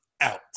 out